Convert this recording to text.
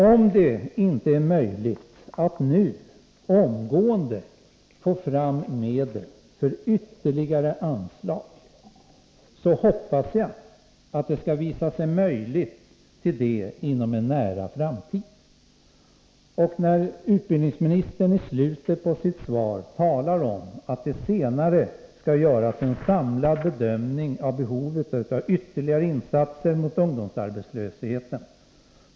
Om det inte är möjligt att omgående få fram medel för ytterligare anslag hoppas jag att det skall visa sig möjligt inom en nära framtid. Utbildningsministern talar i slutet av sitt svar om att det senare skall göras en samlad bedömning av behovet av ytterligare insatser mot ungdomsarbetslösheten.